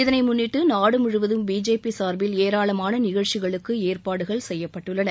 இதனை முன்னிட்டு நாடு முழுவதும் பிஜேபி சார்பில் ஏராளமான நிகழ்ச்சிகளுக்கு ஏற்பாடுகள் செய்யப்பட்டுள்ளன